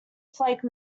flake